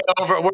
over